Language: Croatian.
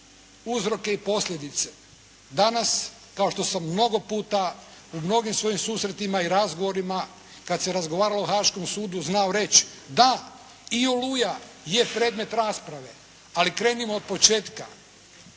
uzroke i posljedice. Danas kao što sam mnogo puta u mnogim svojim susretima i razgovorima kad se razgovaralo o Haaškom sudu znao reći, da i “Oluja“ je predmet rasprave ali krenimo od početka.